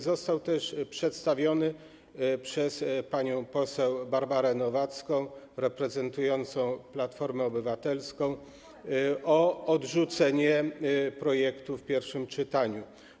Został też przedstawiony przez panią poseł Barbarę Nowacką reprezentującą Platformę Obywatelską wniosek o odrzucenie projektu w pierwszym czytaniu.